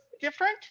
different